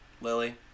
lily